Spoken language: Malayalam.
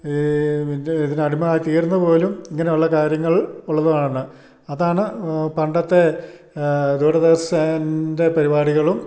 ഈ ഇതിൻ്റെ ഇതിന് അടിമയായി തീരുന്നതു പോലും ഇങ്ങനെയുള്ള കാര്യങ്ങൾ ഉള്ളതുമാണ് അതാണ് പണ്ടത്തെ ദൂരദർശൻ്റെ പരിപാടികളും